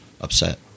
upset